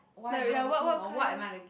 like ya what what kind